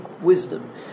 wisdom